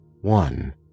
One